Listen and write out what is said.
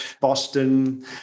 Boston